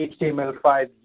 HTML5